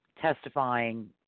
testifying